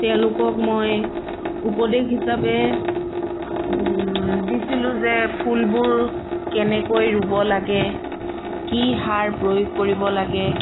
তেওঁলোকক মই উপদেশ হিচাপে দিছিলোঁ যে ফুলবোৰ কেনেকৈ ৰুব লাগে কি সাৰ প্ৰয়োগ কৰিব লাগে